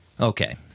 Okay